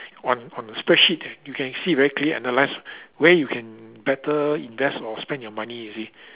on on the spreadsheet that you can see very clear analyse where you can better invest or spend your money you see